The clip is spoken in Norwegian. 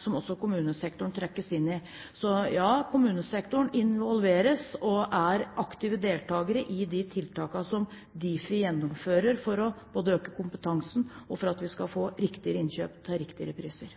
som sammen med NHO også kommunesektoren trekkes inn i. Så ja: Kommunesektoren involveres og er aktiv deltaker i de tiltakene som Difi gjennomfører både for å øke kompetansen og for at vi skal få riktigere innkjøp til riktigere priser.